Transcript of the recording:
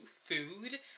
food